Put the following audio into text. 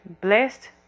blessed